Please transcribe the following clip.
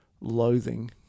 loathing